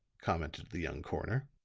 commented the young coroner.